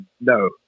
no